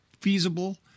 feasible